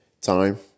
time